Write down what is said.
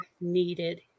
needed